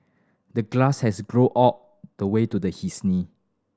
the grass had grown all the way to his knee